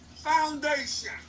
foundation